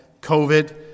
COVID